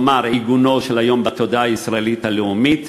כלומר עיגונו של היום בתודעה הישראלית הלאומית,